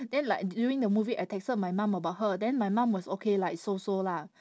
then like during the movie I texted my mum about her then my mum was okay like so so lah